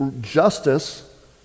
justice